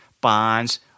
bonds